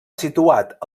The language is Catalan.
situat